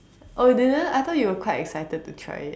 oh you didn't I thought you were quite excited to try it